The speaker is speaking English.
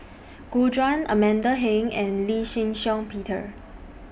Gu Juan Amanda Heng and Lee Shih Shiong Peter